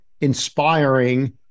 inspiring